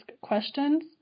questions